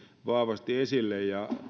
vahvasti esille